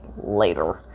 later